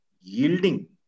yielding